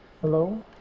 hello